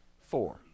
Four